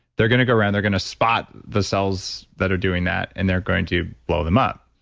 they're going to go around they're going to spot the cells that are doing that, and they're going to blow them up.